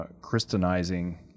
Christianizing